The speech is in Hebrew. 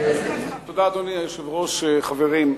תודה, חברים,